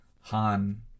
Han